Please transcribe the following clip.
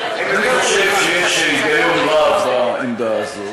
אני חושב שיש היגיון רב בעמדה הזאת.